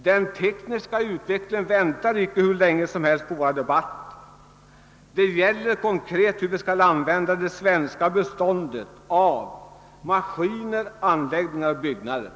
Den tekniska utvecklingen väntar icke hur länge som helst på våra debatter. Det gäller konkret hur vi skall använda det svenska beståndet av maskiner, anläggningar och byggnader.